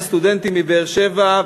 הסטודנטים מבאר-שבע,